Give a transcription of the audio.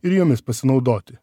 ir jomis pasinaudoti